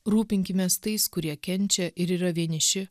rūpinkimės tais kurie kenčia ir yra vieniši